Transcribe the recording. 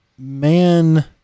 Man